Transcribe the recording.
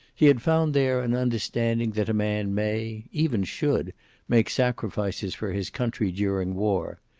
he had found there an understanding that a man may even should make sacrifices for his country during war.